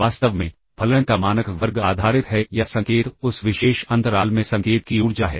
वास्तव में फलन का मानक वर्ग आधारित है या संकेत उस विशेष अंतराल में संकेत की ऊर्जा है